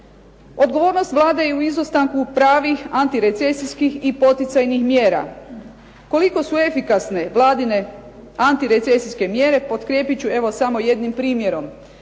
Odgovornost Vlade je u izostanku pravih antirecesijskih i poticajnih mjera. Koliko su efikasne Vladine antirecesijske mjere, potkrijepit ću evo samo jednim primjerom.